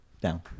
down